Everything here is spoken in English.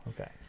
Okay